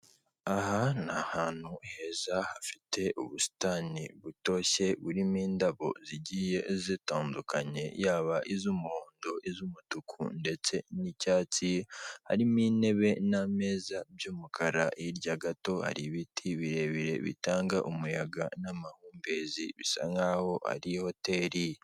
Aha ni ahantu heza hafite ubusitani butoshye buririmo indabo zigiye zitandukanye, yaba iz'umuhondo iz'umutuku ndetse n'icyatsi harimo intebe n'ameza by'umukara, hirya gato hari ibiti birebire bitanga umuyaga n'amahumbezi bisa nkaho ari hoteli.